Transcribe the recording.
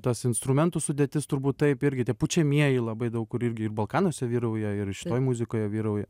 tas instrumentų sudėtis turbūt taip irgi tie pučiamieji labai daug kur irgi ir balkanuose vyrauja ir šitoj muzikoj vyrauja